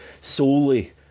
solely